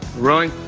rolling?